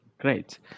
Great